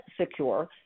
secure